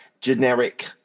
generic